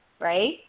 right